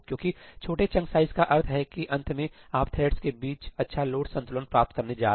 क्योंकि छोटे chunk size का अर्थ है कि अंत में आप थ्रेड्स के बीच अच्छा लोड संतुलन प्राप्त करने जा रहे हैं